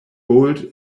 bolt